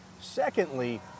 Secondly